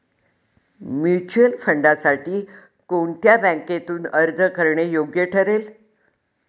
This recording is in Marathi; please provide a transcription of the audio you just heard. म्युच्युअल फंडांसाठी कोणत्या बँकेतून अर्ज करणे योग्य ठरेल?